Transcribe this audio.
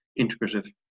integrative